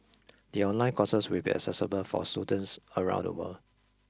the online courses will be accessible for students around the world